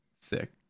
sick